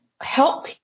help